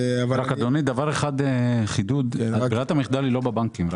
אדוני, רק חידוד אחד: ברירת המחדל היא לא בבנקים.